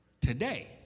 today